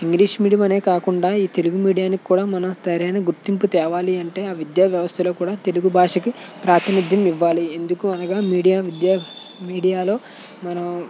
English medium అనే కాకుండా ఈ తెలుగు మీడియానికి కూడా సరైన గుర్తింపు తేవాలి అంటే ఆ విద్యావ్యవస్థలో కూడా తెలుగు భాషకు ప్రాతినిధ్యం ఇవ్వాలి ఎందుకు అనగా మీడియా విద్య మీడియాలో మన